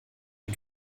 und